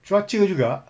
cuaca juga